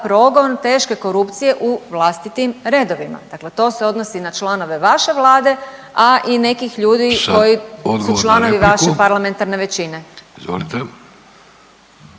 progon teške korupcije u vlastitim redovima, dakle to se odnosi na članove vaše Vlade, a i nekih ljudi koji su članovi vaše parlamentarne većine.